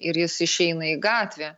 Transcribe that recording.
ir jis išeina į gatvę